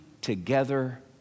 together